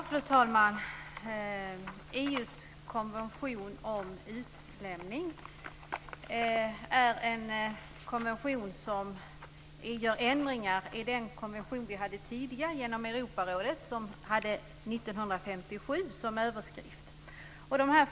Fru talman! EU:s konvention om utlämning innebär ändringar i den inom Europarådet år 1957 utarbetade konventionen.